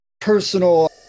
personal